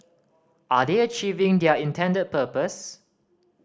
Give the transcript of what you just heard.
are they achieving their intended purpose